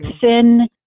thin